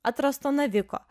atrasto naviko